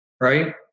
Right